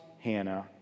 Hannah